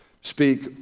Speak